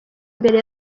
imbere